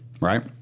right